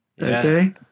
Okay